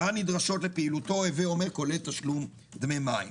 הנדרשות לפעילותו, הווה אומר כולל תשלום דמי מים.